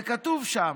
זה כתוב שם.